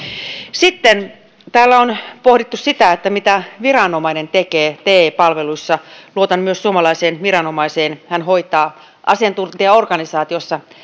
sitten täällä on pohdittu sitä mitä viranomainen tekee te palveluissa luotan myös suomalaiseen viranomaiseen hän hoitaa asiantuntijaorganisaatiossa